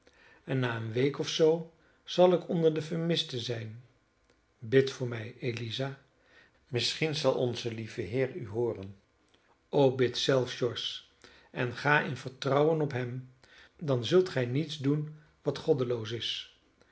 en na eene week of zoo zal ik onder de vermisten zijn bid voor mij eliza misschien zal onze lieve heer u hooren o bid zelf george en ga in vertrouwen op hem dan zult gij niets doen wat goddeloos is